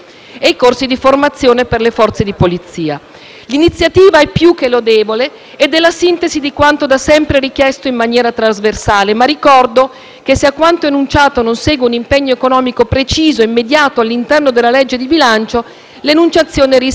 L'iniziativa è più che lodevole ed è la sintesi di quanto da sempre richiesto in maniera trasversale, ma ricordo che se a quanto enunciato non segue un impegno economico preciso ed immediato all'interno della legge di bilancio, l'enunciazione rischia di rimanere soltanto un proclama.